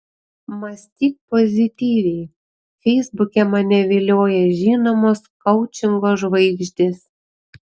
mąstyk pozityviai feisbuke mane vilioja žinomos koučingo žvaigždės